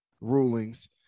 rulings